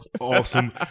awesome